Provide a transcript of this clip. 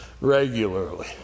Regularly